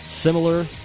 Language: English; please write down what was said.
similar